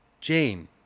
Jane